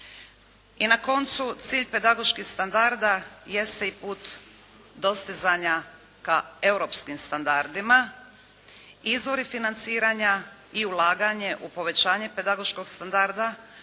I na koncu cilj pedagoških standarda jeste i put dostizanja ka europskim standardima, izvori financiranja i ulaganje u povećanje pedagoškog standarda